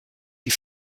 die